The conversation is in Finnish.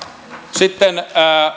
sitten